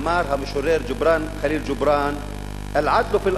אמר המשורר ג'ובראן ח'ליל ג'ובראן: "ואַל-עַדְלֻ פִי